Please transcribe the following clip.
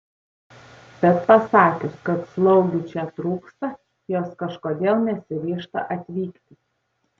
bet pasakius kad slaugių čia trūksta jos kažkodėl nesiryžta atvykti